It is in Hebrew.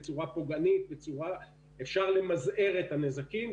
וכן אפשר למזער את הנזקים,